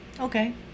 Okay